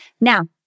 now